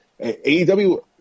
AEW